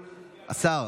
השר,